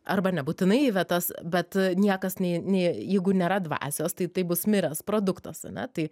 arba nebūtinai į vietas bet niekas nei nei jeigu nėra dvasios tai tai bus miręs produktas ane tai